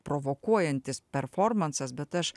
provokuojantis performansas bet aš